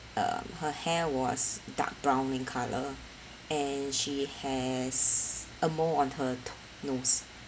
uh her hair was dark brown in colour and she has a mole on her nose